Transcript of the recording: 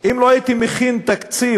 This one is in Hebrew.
אם לא הייתי מכין תקציב